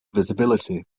visibility